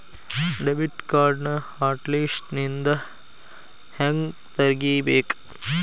debit ಕಾರ್ಡ್ನ hot ಲಿಸ್ಟ್ನಿಂದ ಹೆಂಗ ತೆಗಿಬೇಕ